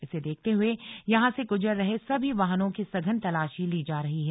इसे देखते हुए यहां से गुजर रहे सभी वाहनों की सघन तलाशी ली जा रही है